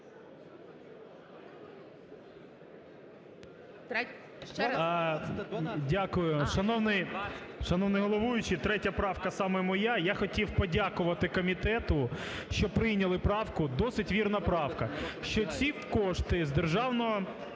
Дякую. Шановний головуючий, 3 поправка саме моя. Я хотів подякувати комітету, що прийняли правку, досить вірна правка.